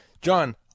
John